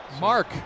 Mark